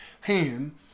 hand